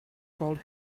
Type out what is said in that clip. called